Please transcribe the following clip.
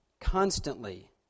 constantly